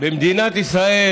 במדינת ישראל